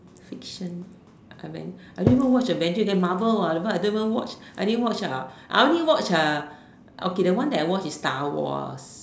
fiction I mean I don't even watch Avengers leh there's Marvel !wah! what so I didn't even watch I didn't watch ah I only watch uh okay the one that I watch is Star-Wars